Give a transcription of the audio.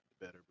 better